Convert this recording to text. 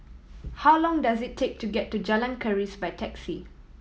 how long does it take to get to Jalan Keris by taxi